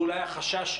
ואולי החשש,